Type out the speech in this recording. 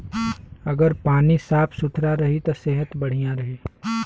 अगर पानी साफ सुथरा रही त सेहत बढ़िया रही